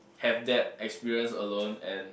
have that experience alone and